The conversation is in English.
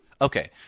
Okay